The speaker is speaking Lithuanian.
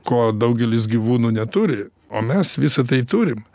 ko daugelis gyvūnų neturi o mes visa tai turim